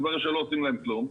מתברר שלא עושים להם כלום.